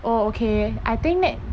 oh okay I think that